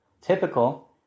typical